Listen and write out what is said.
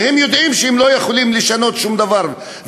והם יודעים שהם לא יכולים לשנות שום דבר,